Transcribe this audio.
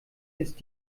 ist